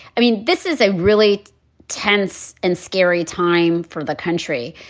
i mean, this is a really tense and scary time for the country.